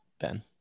Ben